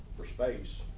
for space.